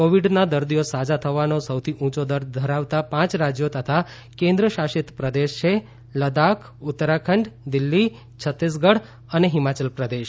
કોવિડના દર્દીઓ સાજા થવાનો સૌથી ઊંચો દર ધરાવતા પાંચ રાજ્યો તથા કેન્દ્ર શાસિત પ્રદેશ છે લદ્દાખ ઉત્તરાખંડ દિલ્હી છત્તીસગઢ અને હિમાચલપ્રદેશ